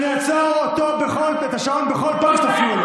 אני אעצור את השעון בכל פעם שתפריעו לו.